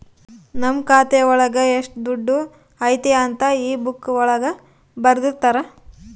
ನಮ್ ಖಾತೆ ಒಳಗ ಎಷ್ಟ್ ದುಡ್ಡು ಐತಿ ಅಂತ ಈ ಬುಕ್ಕಾ ಒಳಗ ಬರ್ದಿರ್ತರ